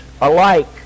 alike